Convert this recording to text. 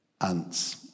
Ants